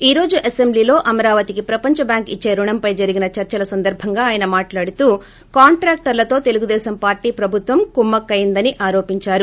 ఈ రోజు అసెంబ్లీలో అమరావతికి ప్రపంచ బ్యాంకు ఇచ్చే రుణంపై జరిగిన చర్చల సందర్బంగా ఆయన మాట్లాడుతూ కాంట్రాక్టర్లతో తెలుగు దేశం పార్టీ ప్రభుత్వం కుమ్మక్కైందని ఆరోపించారు